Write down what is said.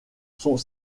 sont